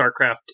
starcraft